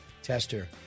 tester